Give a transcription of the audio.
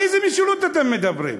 על איזה משילות אתם מדברים?